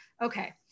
Okay